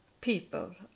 people